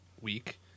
week